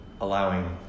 Allowing